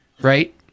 right